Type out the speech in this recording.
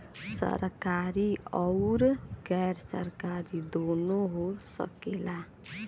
सरकारी आउर गैर सरकारी दुन्नो हो सकेला